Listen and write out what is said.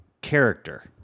character